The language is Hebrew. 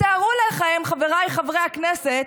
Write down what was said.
תתארו לכם, חבריי חברי הכנסת,